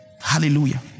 Hallelujah